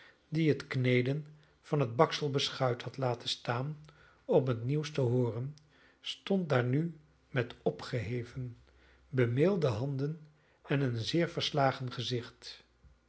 die het kneden van een baksel beschuit had laten staan om het nieuws te hooren stond daar nu met opgeheven bemeelde handen en een zeer verslagen gezicht